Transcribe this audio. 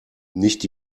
nicht